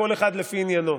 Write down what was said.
כל אחד לפי עניינו.